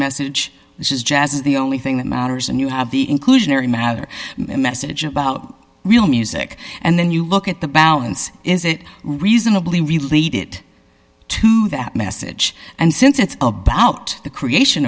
message this is jazz is the only thing that matters and you have the inclusionary matter message about real music and then you look at the balance is a reasonably relate it to that message and since it's about the creation